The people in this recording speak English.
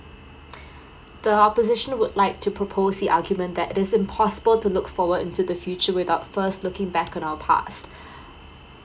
the opposition would like to propose the argument that it is impossible to look forward into the future without first looking back on our past